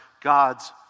God's